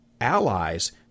allies